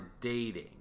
dating